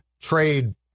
trade